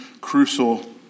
crucial